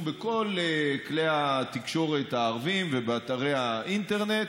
בכל כלי התקשורת הערביים ובאתרי האינטרנט.